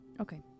Okay